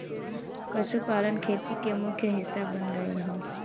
पशुपालन खेती के मुख्य हिस्सा बन गयल हौ